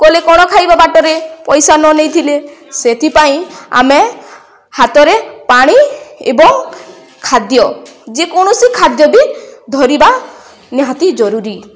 କଲେ କ'ଣ ଖାଇବା ବାଟରେ ପଇସା ନ ନେଇଥିଲେ ସେଥିପାଇଁ ଆମେ ହାତରେ ପାଣି ଏବଂ ଖାଦ୍ୟ ଯେକୌଣସି ଖାଦ୍ୟ ବି ଧରିବା ନିହାତି ଜରୁରୀ